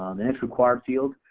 um next required field,